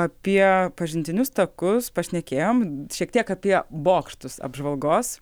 apie pažintinius takus pašnekėjom šiek tiek apie bokštus apžvalgos